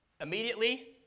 immediately